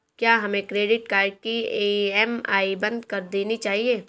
क्या हमें credit card की ई.एम.आई बंद कर देनी चाहिए?